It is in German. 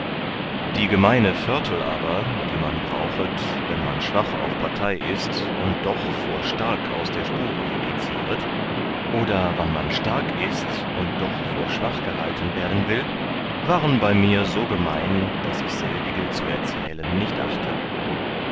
die gemeine vörtel aber die man brauchet wann man schwach auf partei ist und doch vor stark aus der spure judizieret oder wann man stark ist und doch vor schwach gehalten werden will waren mir so gemein daß ich selbige zu erzählen nicht achte